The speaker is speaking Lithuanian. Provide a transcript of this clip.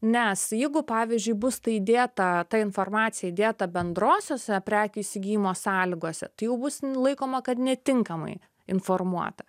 nes jeigu pavyzdžiui bus ta įdėta ta informacija įdėta bendrosiose prekių įsigijimo sąlygose tai jau bus laikoma kad netinkamai informuota